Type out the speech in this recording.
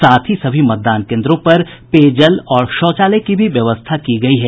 साथ ही सभी मतदान केन्द्रों पर पेयजल और शौचालय की भी व्यवस्था की गयी है